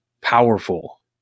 powerful